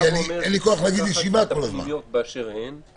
כי אני לא רוצה לומר ישיבה כל הזמן.